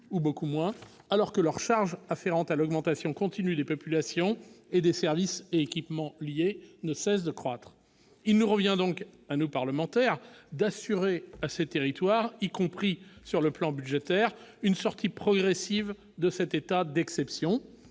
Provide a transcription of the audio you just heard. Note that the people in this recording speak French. qu'auparavant, alors que leurs charges afférentes à l'augmentation continue des populations et des services et équipements liés ne cessent de croître. Il nous revient donc, à nous, parlementaires, d'assurer à ces territoires, y compris sur le plan budgétaire, une sortie progressive d'un tel état d'exception.